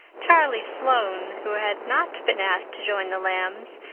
charlie sloane, who had not been asked to join the lambs,